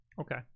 Okay